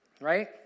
right